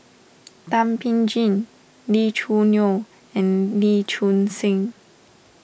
Thum Ping Tjin Lee Choo Neo and Lee Choon Seng